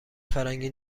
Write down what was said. فرنگی